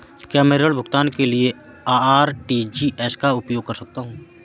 क्या मैं ऋण भुगतान के लिए आर.टी.जी.एस का उपयोग कर सकता हूँ?